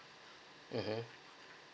mmhmm